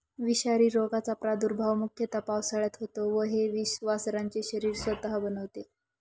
विषारी रोगाचा प्रादुर्भाव मुख्यतः पावसाळ्यात होतो व हे विष वासरांचे शरीर स्वतः बनवते